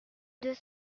deux